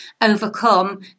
overcome